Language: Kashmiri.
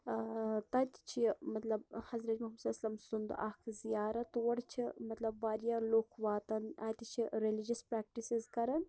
تتہِ چھِ مَطلَب حضرت محمد صلی اللہُ علیہِ وَسَلَم سُنٛد اکھ زیارت تور چھِ مَطلَب واریاہ لُکھ واتان اتہ چھِ ریٚلِجَس پریٚکٹِسِز کران